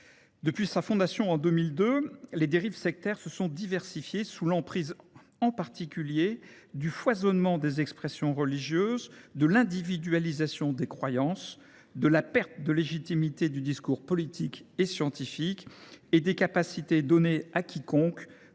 mission en 2002, les dérives sectaires se sont diversifiées, sous l’effet en particulier du foisonnement des expressions religieuses, de l’individualisation des croyances, de la perte de légitimité du discours politique et scientifique et des capacités données à quiconque